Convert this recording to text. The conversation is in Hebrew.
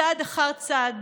צעד אחר צעד,